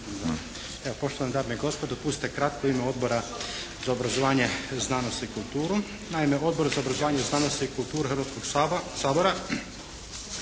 poštovane dame i gospodo! Dopustite kratko u ime Odbora za obrazovanje, znanost i kulturu. Naime, Odbor za obrazovanje, znanost i kulturu Hrvatskog sabora